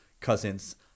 cousins